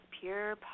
pure